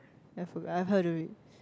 I've heard of it